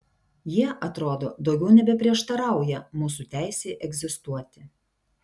jie atrodo daugiau nebeprieštarauja mūsų teisei egzistuoti